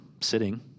sitting